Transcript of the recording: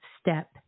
step